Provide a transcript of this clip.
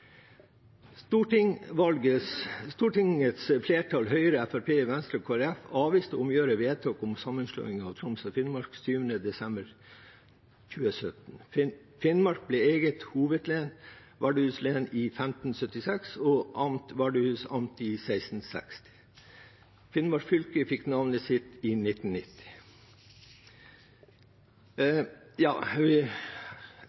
innhold. Stortingets flertall, Høyre, Fremskrittspartiet, Venstre og Kristelig Folkeparti, avviste å omgjøre vedtaket om sammenslåing av Troms og Finnmark den 7. desember 2017. Finnmark ble eget hovedlen – Vardøhus len – i 1576 og amt – Vardøhus amt – i 1660. Finnmark fylke fikk navnet sitt i